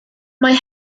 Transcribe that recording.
mae